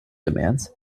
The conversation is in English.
demands